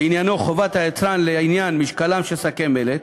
שעניינו חובת היצרן לעניין משקלם של שקי מלט,